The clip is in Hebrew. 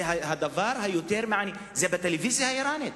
זה בטלוויזיה האירנית.